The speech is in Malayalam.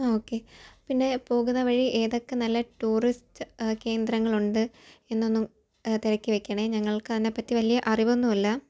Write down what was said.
ആ ഓക്കേ പിന്നെ പോകുന്ന വഴി ഏതൊക്കെ നല്ല ടൂറിസ്റ്റ് കേന്ദ്രങ്ങളുണ്ട് എന്നും തിരക്കി വയ്ക്കണം ഞങ്ങൾക്ക് അതിനെപ്പറ്റി വലിയ അറിവൊന്നും ഇല്ല